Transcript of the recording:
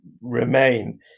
remain